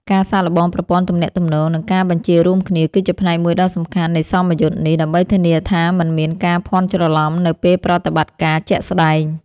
ការសាកល្បងប្រព័ន្ធទំនាក់ទំនង និងការបញ្ជារួមគ្នា គឺជាផ្នែកមួយដ៏សំខាន់នៃសមយុទ្ធនេះ ដើម្បីធានាថាមិនមានការភាន់ច្រឡំនៅពេលប្រតិបត្តិការជាក់ស្តែង។